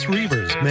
Reavers